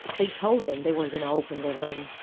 they told them they were gonna open the room.